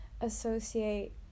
associate